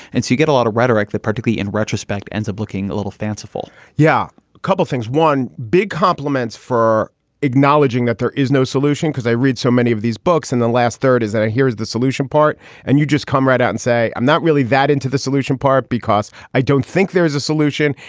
and so you get a lot of rhetoric that perfectly in retrospect ends up looking a little fanciful yeah, a couple of things one, big compliments for acknowledging that there is no solution because i read so many of these books in the last third is that here's the solution part and you just come right out and say, i'm not really that into the solution part because i don't think there is a solution.